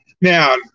Now